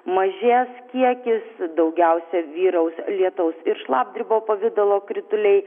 mažės kiekis daugiausia vyraus lietaus ir šlapdribo pavidalo krituliai